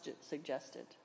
suggested